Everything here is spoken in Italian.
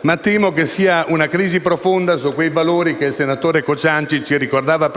ma temo che sia una crisi profonda di quei valori che il senatore Cociancich ha ricordato